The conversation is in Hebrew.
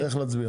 נצביע